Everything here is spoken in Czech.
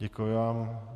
Děkuji Vám.